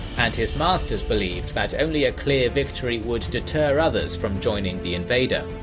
and his masters believed that only a clear victory would deter others from joining the invader.